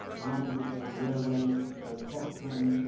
long before railway or clock time,